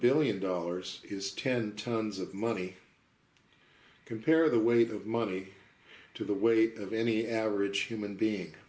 billion dollars is ten tons of money compare the weight of money to the weight of any average human being